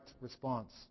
response